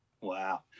Wow